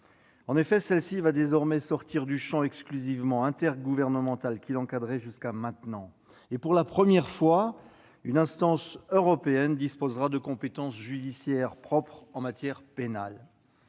En effet, celle-ci va désormais sortir du champ exclusivement intergouvernemental qui était le sien jusqu'à maintenant. Pour la première fois, une instance européenne disposera de compétences judiciaires propres en matière pénale.